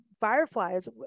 fireflies